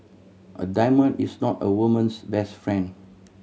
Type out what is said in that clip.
a diamond is not a woman's best friend